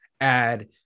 add